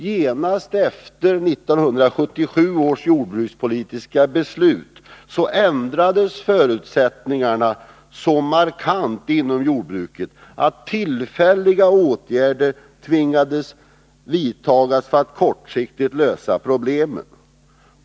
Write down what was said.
Genast efter 1977 års jordbrukspolitiska beslut ändrades förutsättningarna inom jordbruket så markant att tillfälliga åtgärder tvingades vidtas för att man kortsiktigt skulle lösa problemen.